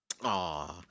Aww